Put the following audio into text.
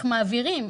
איך מעבירים.